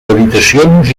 habitacions